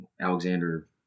Alexander